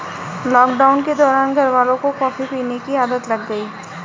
lockdown के दौरान घरवालों को कॉफी पीने की आदत लग गई